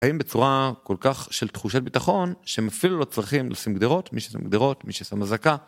האם בצורה כל כך של תחושת ביטחון שהם אפילו לא צריכים לשים גדרות, מי ששם גדרות, מי ששם אזעקה...